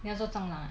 你要做蟑螂 ah